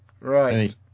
Right